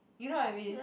you know what I mean